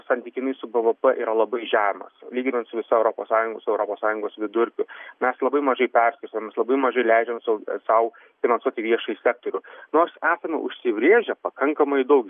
santykinai su bvp yra labai žemas lyginant su visa europos sąjunga europos sąjungos vidurkiu mes labai mažai perskirstom mes labai mažai leidžiam sau sau finansuoti viešąjį sektorių nors esame užsibrėžę pakankamai daug